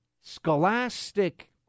scholastic